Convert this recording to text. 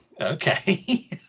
Okay